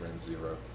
Zero